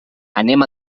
anem